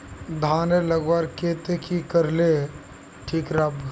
धानेर लगवार केते की करले ठीक राब?